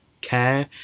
care